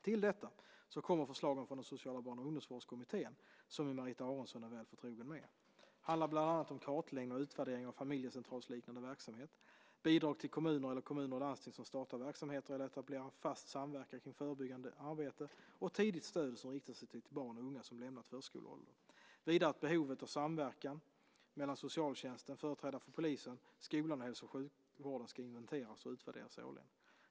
Till detta kommer förslagen från den Sociala barn och ungdomsvårdkommittén som ju Marita Aronson är väl förtrogen med. Det handlar bland annat om kartläggning och utvärdering av familjecentralsliknande verksamhet, bidrag till kommuner eller kommuner och landsting som startar verksamheter eller etablerar fast samverkan kring förebyggande arbete och tidigt stöd som riktar sig till barn och unga som lämnat förskoleåldern. Vidare att behovet av samverkan mellan socialtjänsten, företrädare för polisen, skolan och hälso och sjukvården ska inventeras och utvärderas årligen.